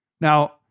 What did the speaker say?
Now